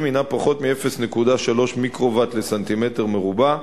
הינה פחות מ-0.3 מיקרוואט לסנטימטר מרובע,